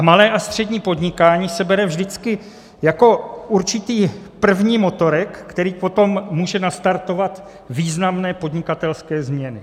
Malé a střední podnikání se bere vždycky jako určitý první motorek, který potom může nastartovat významné podnikatelské změny.